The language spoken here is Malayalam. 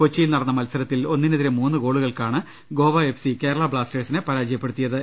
കൊച്ചിയിൽ നടന്ന മത്സര ത്തിൽ ഒന്നിനെതിരെ മൂന്ന് ഗോളുകൾക്കാണ് ഗോവ എഫ്സി കേരള ബ്ലാസ്റ്റേഴ്സിനെ പരാജയപ്പെടുത്തിയത്